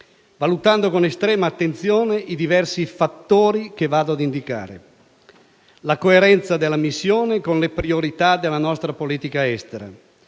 considerando con estrema attenzione i diversi fattori che vado ad indicare: la coerenza della missione con le priorità della nostra politica estera